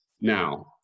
now